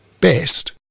best